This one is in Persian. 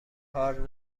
کار